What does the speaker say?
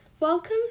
Welcome